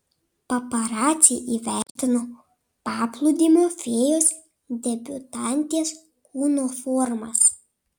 paparaciai įvertino paplūdimio fėjos debiutantės kūno formas